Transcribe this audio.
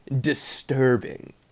disturbing